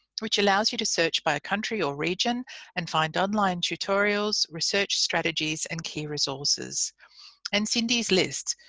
which allows you to search by a country or region and find online tutorials, research strategies and key resources and cyndi's list,